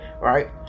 right